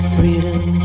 Freedom